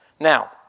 Now